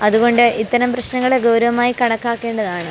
അതുകൊണ്ട് ഇത്തരം പ്രശ്നങ്ങളെ ഗൗരവമായി കണക്കാക്കേണ്ടതാണ്